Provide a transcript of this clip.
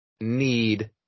need